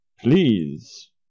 please